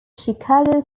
chicago